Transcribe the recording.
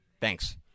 thanks